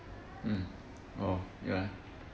mm orh ya